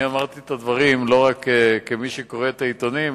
אני אמרתי את הדברים לא רק כמי שקורא את העיתונים,